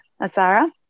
Asara